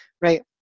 right